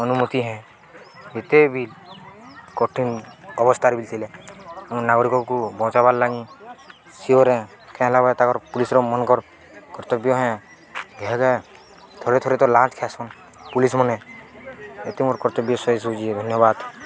ଅନୁମତି ହେଁ ଏତେ ବି କଠିନ ଅବସ୍ଥାରେ ବିିଲ୍ ଥିଲେ ମୁଁ ନାଗରିକକୁ ବଞ୍ଚାବାର୍ ଲାଗି ସିଓର୍ କେଁ ହେଲା ପରେ ତାଙ୍କର ପୁଲିସ୍ର ମାନକ କର୍ତ୍ତବ୍ୟ ହଁ ଘେକା ଥରେ ଥରେ ତ ଲାଞ୍ଚ ଖେସୁନ୍ ପୁଲିସ୍ମାନେ ଏତେ ମୋର କର୍ତ୍ତବ୍ୟ ଶେଷ ଧନ୍ୟବାଦ